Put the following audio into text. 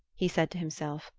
he said to himself,